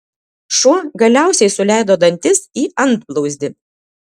šuo galiausiai suleido dantis į antblauzdį